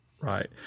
Right